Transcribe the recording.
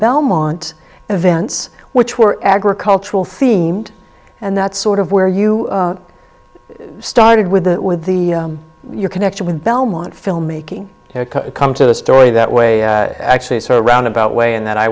belmont events which were agricultural themed and that sort of where you started with the with the connection with belmont filmmaking come to the story that way i actually saw a roundabout way and th